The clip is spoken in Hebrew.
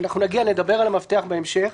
נגיע לדבר על המפתח בהמשך.